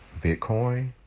Bitcoin